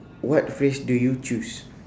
what phrase do you choose